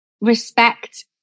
respect